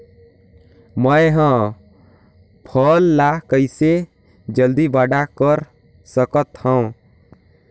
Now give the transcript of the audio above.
मैं ह फल ला कइसे जल्दी बड़ा कर सकत हव?